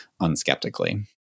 unskeptically